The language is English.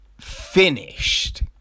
finished